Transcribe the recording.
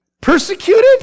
Persecuted